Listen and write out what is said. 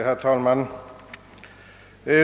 Herr talman!